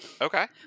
Okay